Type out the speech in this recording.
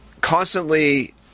constantly